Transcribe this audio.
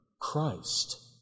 Christ